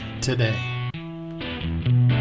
today